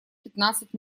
пятнадцать